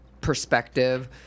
perspective